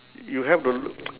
you have the l~